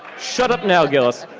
shut up now gillis.